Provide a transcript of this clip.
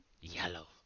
yellow